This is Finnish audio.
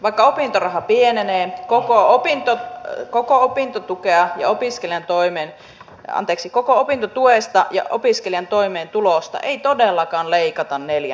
vaikka opintoraha pienenee koko opinto ja koko opintotukea ja opiskelen toimeen anteeksi koko opintotuesta ja opiskelijoiden toimeentulosta ei todellakaan leikata neljännestä